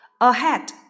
Ahead